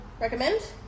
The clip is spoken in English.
recommend